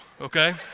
okay